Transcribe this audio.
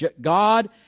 God